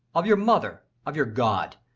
of your mother, of your god.